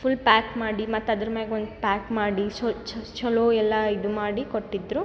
full pack ಮಾಡಿ ಮತ್ತು ಅದ್ರ ಮ್ಯಾಗೆ ಒಂದು ಪ್ಯಾಕ್ ಮಾಡಿ ಚಲೋ ಎಲ್ಲ ಇದು ಮಾಡಿ ಕೊಟ್ಟಿದ್ರು